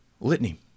litany